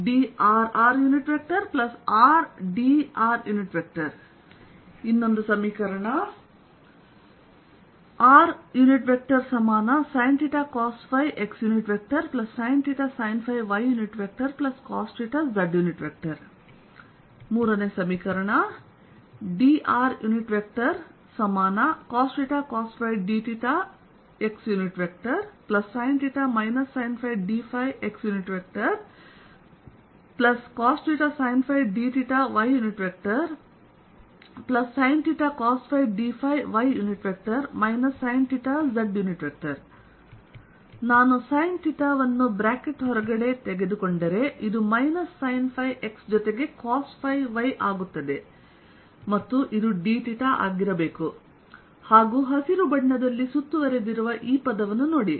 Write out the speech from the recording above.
drdrrdrrr rsinθ cosϕ xsinθ sinϕ ycosθ z drcosθ cosϕ dθ xsinθ sinϕdϕ xcosθ sinϕ dθ ysinθ cosϕ dϕ y sinθz ನಾನು sinθ ಅನ್ನು bracket ಹೊರಗೆತೆಗೆದುಕೊಂಡರೆ ಇದು minus sin ϕ x ಜೊತೆಗೆ cos ϕ yಆಗುತ್ತದೆ ಮತ್ತು ಇದು dθ ಆಗಿರಬೇಕು ಮತ್ತು ಹಸಿರು ಬಣ್ಣದಲ್ಲಿ ಸುತ್ತುವರೆದಿರುವ ಈ ಪದವನ್ನು ನೋಡಿ